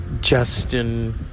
Justin